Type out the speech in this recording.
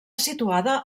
situada